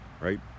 right